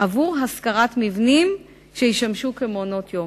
עבור השכרת מבנים שישמשו מעונות-יום.